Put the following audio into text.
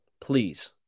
Please